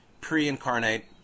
pre-incarnate